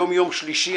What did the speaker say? היום יום שלישי,